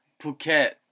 Phuket